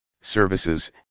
services